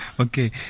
Okay